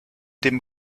dem